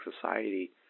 society